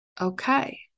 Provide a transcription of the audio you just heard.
Okay